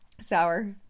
sour